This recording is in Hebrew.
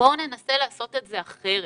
בואו ננסה לעשות את זה אחרת.